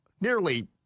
nearly